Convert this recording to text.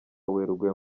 werurwe